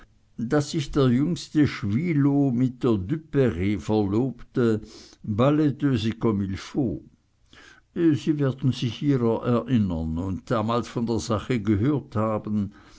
daß sich der jüngste schwilow mit der duperr verlobte balletteuse comme il faut sie werden sich ihrer erinnern und damals von der sache gehört haben